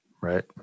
right